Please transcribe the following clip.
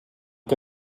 que